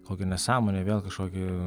kokią nesąmonę vėl kažkokį